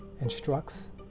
instructs